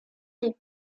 des